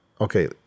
okay